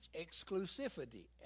exclusivity